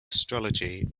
astrology